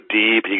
deep